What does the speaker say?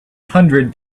hundred